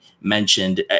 mentioned